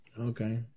Okay